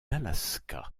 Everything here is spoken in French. alaska